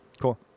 cool